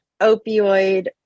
opioid